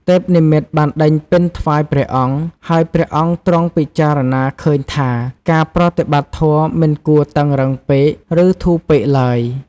ទេពនិមិត្តបានដេញពិណថ្វាយព្រះអង្គ ហើយព្រះអង្គទ្រង់ពិចារណាឃើញថា ការប្រតិបត្តិធម៌មិនគួរតឹងរ៉ឹងពេក ឬធូរពេកឡើយ។